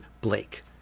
Blake